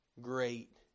great